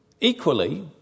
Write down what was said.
Equally